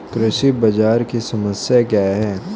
कृषि बाजार की समस्या क्या है?